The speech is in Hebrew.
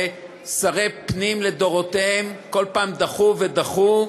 ושרי פנים לדורותיהם כל פעם דחו ודחו.